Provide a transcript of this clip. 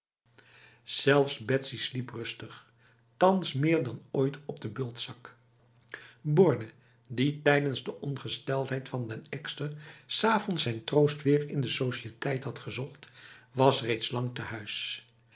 zelfs betsy sliep rustig thans meer dan ooit op de bultzak borne die tijdens de ongesteldheid van den ekster s avonds zijn troost weer in de sociëteit had gezocht was reeds lang tehuis